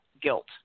guilt